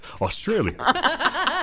Australia